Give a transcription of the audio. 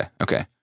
okay